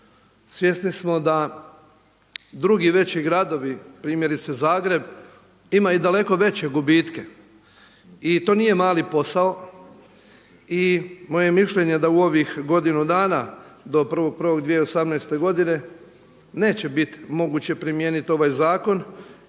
Svjesni smo da drugi veći gradovi primjerice Zagreb imaju daleko veće gubitke. I to nije mali posao i moje je mišljenje da u ovih godinu dana do 1.1.2018. neće biti moguće primijeniti ovaj zakon